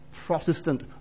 Protestant